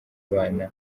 abana